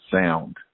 sound